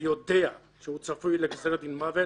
מחבל שיודע שהוא צפוי לגזר דין מוות